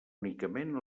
únicament